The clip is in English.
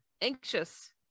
anxious